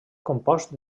compost